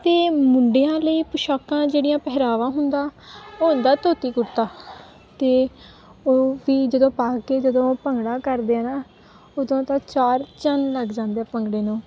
ਅਤੇ ਮੁੰਡਿਆਂ ਲਈ ਪੋਸ਼ਾਕਾਂ ਜਿਹੜੀਆਂ ਪਹਿਰਾਵਾ ਹੁੰਦਾ ਉਹ ਹੁੰਦਾ ਧੋਤੀ ਕੁੜਤਾ ਅਤੇ ਉਹ ਵੀ ਜਦੋਂ ਪਾ ਕੇ ਜਦੋਂ ਭੰਗੜਾ ਕਰਦੇ ਆ ਨਾ ਉਦੋਂ ਤਾਂ ਚਾਰ ਚੰਨ ਲੱਗ ਜਾਂਦੇ ਭੰਗੜੇ ਨੂੰ